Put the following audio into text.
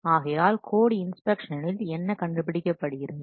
ஆகையால் கோட் இன்ஸ்பெக்ஷன்ல் என்ன கண்டுபிடிக்கப்படுகிறது